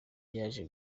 yaje